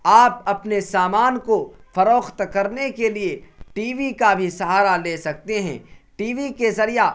آپ اپنے سامان کو فروخت کرنے کے لیے ٹی وی کا بھی سہارا لے سکتے ہیں ٹی وی کے ذریعہ